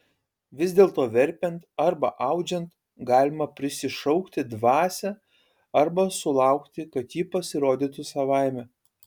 vis dėlto verpiant arba audžiant galima prisišaukti dvasią arba sulaukti kad ji pasirodytų savaime